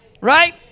Right